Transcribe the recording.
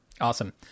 Awesome